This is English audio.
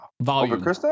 volume